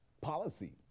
policy